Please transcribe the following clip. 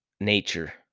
nature